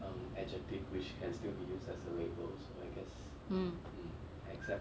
mm